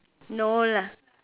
no lah